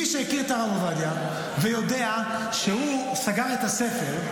מי שהכיר את הרב עובדיה ויודע שהוא סגר את הספר,